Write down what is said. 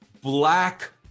black